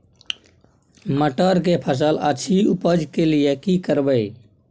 मटर के फसल अछि उपज के लिये की करबै?